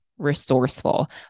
Resourceful